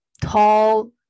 tall